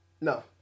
no